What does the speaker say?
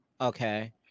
Okay